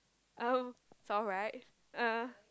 uh it's alright uh